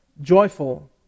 Joyful